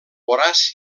voraç